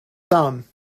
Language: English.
some